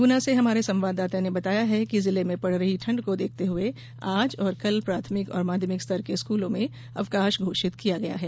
गुना से हमारे संवाददाता ने बताया है कि जिले में पड़ रही ठंड को देखते हुए आज और कल प्राथमिक और माध्यमिक स्तर के स्कूलों में अवकाश घोषित किया गया है